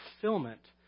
fulfillment